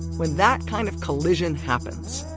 when that kind of collision happens,